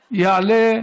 יעלה,